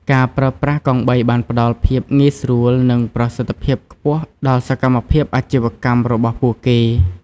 ការប្រើប្រាស់កង់បីបានផ្តល់ភាពងាយស្រួលនិងប្រសិទ្ធភាពខ្ពស់ដល់សកម្មភាពអាជីវកម្មរបស់ពួកគេ។